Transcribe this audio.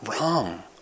wrong